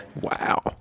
Wow